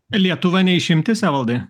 lietuva ne išimtis evaldai